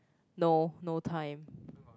no no time